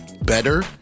Better